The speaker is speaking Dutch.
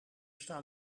staan